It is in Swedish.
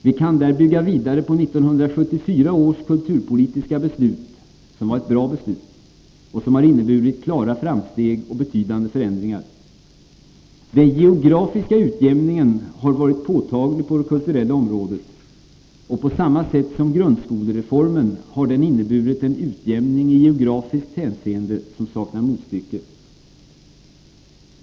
Vi kan där bygga vidare på 1974 års kulturpolitiska beslut, som var ett bra beslut och som har inneburit klara framsteg och betydande förändringar. Den geografiska utjämningen har varit påtaglig på det kulturella området — och på samma sätt som grundskolereformen har den inneburit en utjämning i geografiskt hänseende som saknar motstycke.